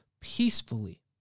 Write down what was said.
peacefully